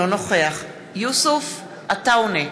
אינו נוכח יוסף עטאונה,